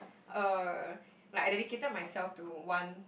uh like I dedicated myself to one